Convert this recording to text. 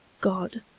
God